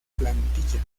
plantilla